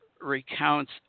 recounts